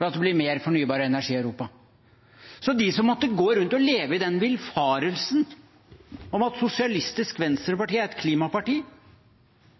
ved at det blir mer fornybar energi i Europa. De som måtte gå rundt og leve i den villfarelsen at SV er et klimaparti,